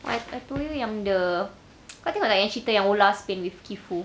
I I told you yang the kau tengok tak cerita yang hola spain with keith foo